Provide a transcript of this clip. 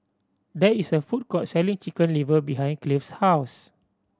there is a food court selling Chicken Liver behind Cleve's house